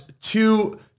two